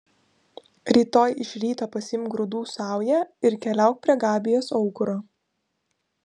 rytoj iš ryto pasiimk grūdų saują ir keliauk prie gabijos aukuro